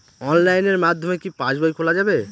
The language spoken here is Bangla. অনলাইনের মাধ্যমে কি পাসবই খোলা যাবে?